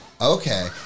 okay